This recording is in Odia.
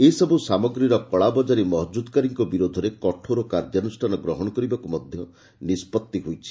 ଏସବୁ ସାମଗ୍ରୀର କଳାବଜାରୀ ମହକୁଦ୍କାରୀଙ୍କ ବିରୋଧରେ କଠୋର କାର୍ଯ୍ୟାନୁଷ୍ଠାନ ଗ୍ରହଣ କରିବାକୁ ମଧ୍ୟ ନିଷ୍ପଭି ହୋଇଛି